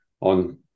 on